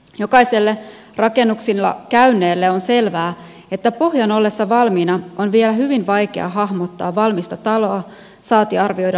jokaiselle rakennuksilla käyneelle on selvää että pohjan ollessa valmiina on vielä hyvin vaikea hahmottaa valmista taloa saati arvioida lopputulosta